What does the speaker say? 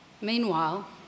Meanwhile